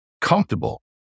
comfortable